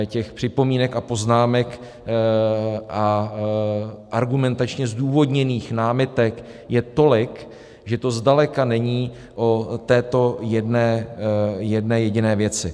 Těch připomínek a poznámek a argumentačně zdůvodněných námitek je tolik, že to zdaleka není o této jedné jediné věci.